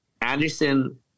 Anderson